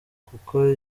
kuko